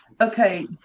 Okay